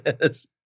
Yes